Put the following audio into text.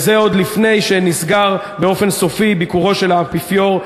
וזה עוד לפני שנסגר באופן סופי ביקור של האפיפיור,